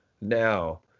now